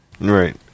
Right